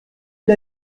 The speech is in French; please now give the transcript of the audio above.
une